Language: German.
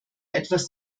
etwas